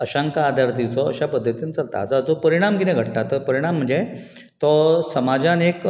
अश्यांका आदार दिवचो अश्या पध्दतीन चलता हाचो परिणाम किते घडटा तर परिणाम म्हणजे तो समाजान एक